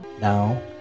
Now